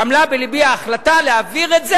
גמלה בלבי ההחלטה להעביר את זה,